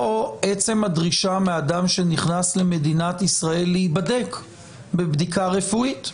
או עצם הדרישה מאדם שנכנס למדינת ישראל להיבדק בבדיקה רפואית,